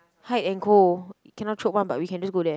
Hyde and Co cannot chope one but we can just go there